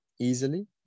easily